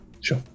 Sure